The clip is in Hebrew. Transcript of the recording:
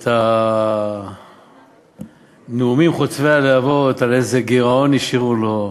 את הנאומים חוצבי הלהבות על איזה גירעון השאירו לו.